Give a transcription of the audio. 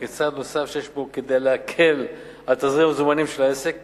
כצעד נוסף שיש בו כדי להקל על תזרים המזומנים של העסק